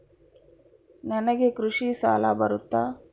ನನಗೆ ಕೃಷಿ ಸಾಲ ಬರುತ್ತಾ?